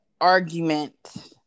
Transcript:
argument